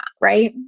right